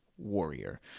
Warrior